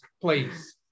please